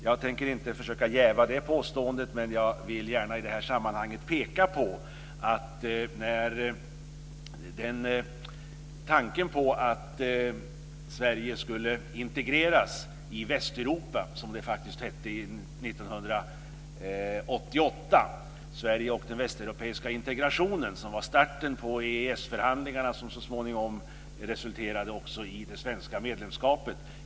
Jag tänker inte försöka jäva det påståendet. Tanken på att Sverige skulle integreras i Västeuropa, som det faktiskt hette 1988, väcktes i och med propositionen Sverige och den västeuropeiska integrationen som var starten på EES-förhandlingarna som så småningom resulterade också i det svenska medlemskapet.